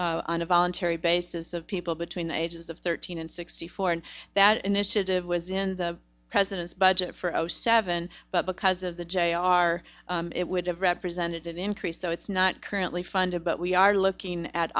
on a voluntary basis of people between the ages of thirteen and sixty four and that initiative was in the president's budget for zero seven but because of the jr it would have representative increase so it's not currently funded but we are looking at